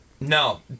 No